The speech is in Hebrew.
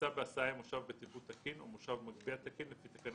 ייסע בהסעה עם מושב בטיחות תקין או מושב מגביה תקין לפי תקנה